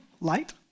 light